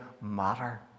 matter